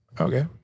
Okay